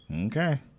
Okay